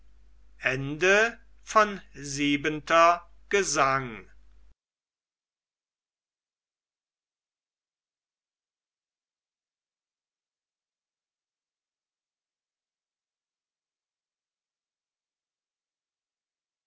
gesang siebenter gesang